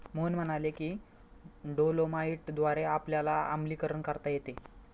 मोहन म्हणाले की डोलोमाईटद्वारे आपल्याला आम्लीकरण करता येते